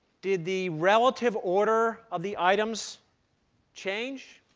did the relative order of the items change?